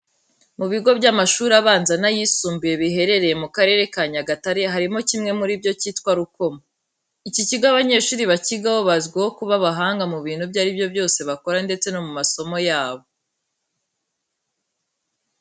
Mu bigo by'amashuri abanza n'ayisumbuye biherereye mu Karere ka Nyagatare harimo kimwe muri byo cyitwa Rukomo. Iki kigo abanyeshuri bakigaho bazwiho kuba abahanga mu bintu ibyo ari byo byose bakora ndetse no mu masomo yabo.